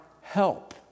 help